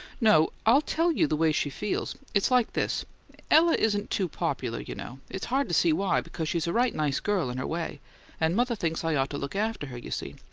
no i'll tell you the way she feels. it's like this ella isn't too popular, you know it's hard to see why, because she's a right nice girl, in her way and mother thinks i ought to look after her, you see.